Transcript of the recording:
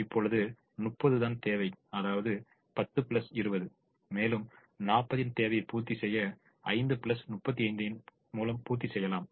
இப்பொழுது 30 தான் தேவை அதாவது 10 20 மேலும் 40 ன் தேவையை பூர்த்தி செய்ய 5 35 ன் பூர்த்தி செய்யலாம்